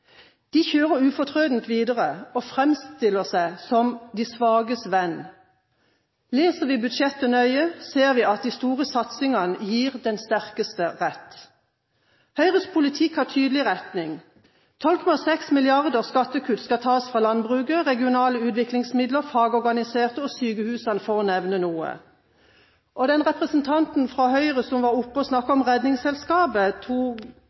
De kjører ufortrødent videre og framstiller seg som de svakes venn. Leser vi budsjettet nøye, ser vi at de store satsingene gir den sterkeste rett. Høyres politikk har tydelig retning: 12,6 mrd. kr i skattekutt skal tas fra landbruket, regionale utviklingsmidler, fagorganiserte og sykehusene, for å nevne noe. Den representanten fra Høyre som nylig var oppe og snakket om Redningsselskapet, to